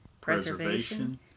preservation